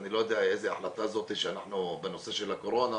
אני לא יודע איזה החלטה זו בנושא של הקורונה,